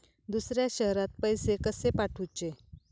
दुसऱ्या शहरात पैसे कसे पाठवूचे?